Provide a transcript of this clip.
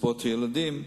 קצבאות ילדים.